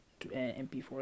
MP4